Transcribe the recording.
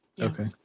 Okay